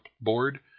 board